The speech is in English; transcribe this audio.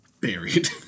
buried